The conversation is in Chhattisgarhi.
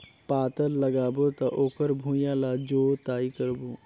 पातल लगाबो त ओकर भुईं ला जोतई करबो?